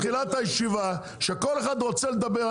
שוב אמרתי בתחילת הישיבה שכל אחד רוצה לדבר.